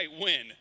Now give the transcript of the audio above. win